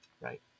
Right